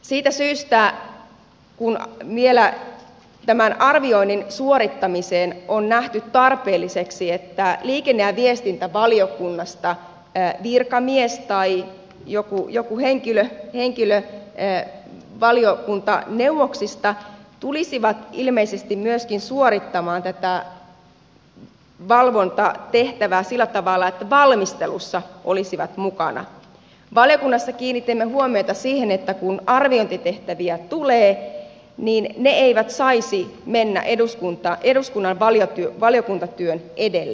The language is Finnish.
siitä syystä kun vielä tämän arvioinnin suorittamiseksi on nähty tarpeelliseksi että liikenne ja viestintävaliokunnasta virkamies tai joku henkilö valiokuntaneuvoksista tulisi ilmeisesti myöskin suorittamaan tätä valvontatehtävää sillä tavalla että valmistelussa olisi mukana valiokunnassa kiinnitimme huomiota siihen että kun arviointitehtäviä tulee niin ne eivät saisi mennä eduskunnan valiokuntatyön edelle